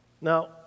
now